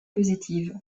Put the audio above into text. positives